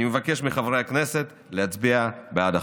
אני מבקש מחברי הכנסת להצביע בעד החוק.